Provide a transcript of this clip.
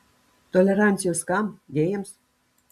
tolerancijos kam gėjams